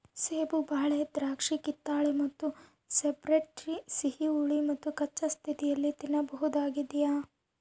ಸೇಬು ಬಾಳೆ ದ್ರಾಕ್ಷಿಕಿತ್ತಳೆ ಮತ್ತು ಸ್ಟ್ರಾಬೆರಿ ಸಿಹಿ ಹುಳಿ ಮತ್ತುಕಚ್ಚಾ ಸ್ಥಿತಿಯಲ್ಲಿ ತಿನ್ನಬಹುದಾಗ್ಯದ